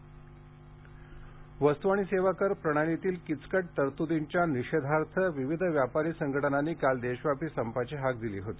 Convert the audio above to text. GST वस्तू आणि सेवा कर प्रणालीतील किचकट तरतूदींच्या निषेधार्थ विविध व्यापारी संघटनांनी काल देशव्यापी संपाची हाक दिली होती